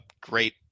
great